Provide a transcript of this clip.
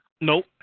Nope